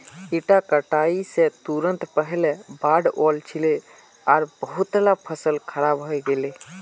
इता कटाई स तुरंत पहले बाढ़ वल छिले आर बहुतला फसल खराब हई गेले